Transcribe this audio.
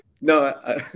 no